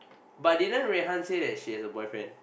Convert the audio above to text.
but didn't Rui-Han say that she has a boyfriend